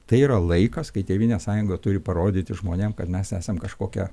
tai yra laikas kai tėvynės sąjunga turi parodyti žmonėm kad mes esam kažkokia